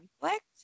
conflict